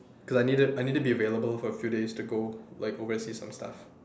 cause I need it I need to be available for a few days to go like oversee some stuff